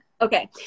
Okay